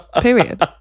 Period